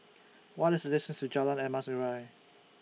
What IS The distance to Jalan Emas Urai